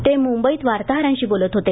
ते मुंबईत वार्ताहरांशी बोलत होते